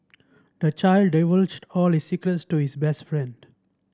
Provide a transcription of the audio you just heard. the child divulged all his secrets to his best friend